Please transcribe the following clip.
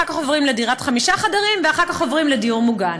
אחר כך עוברים לדירת חמישה חדרים ואחר כך עוברים לדיור מוגן.